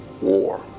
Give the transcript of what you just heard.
War